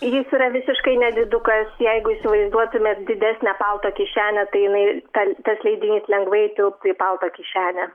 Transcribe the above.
jis yra visiškai nedidukas jeigu įsivaizduotumėt didesnę palto kišenę tai jinai ta tas leidinys lengvai įtilptų į palto kišenę